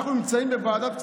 בוועדת הכספים,